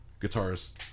Guitarist